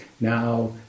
now